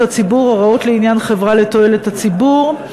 הציבור והוראות לעניין חברה לתועלת הציבור)